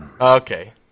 Okay